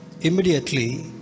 Immediately